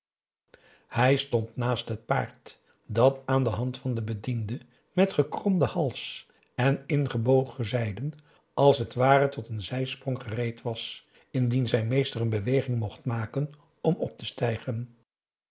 hij stond naast het paard dat aan de hand van den bediende met gekromden hals en ingebogen zijden als het ware tot een zijsprong gereed was indien zijn meester een beweging mocht maken om op te stijgen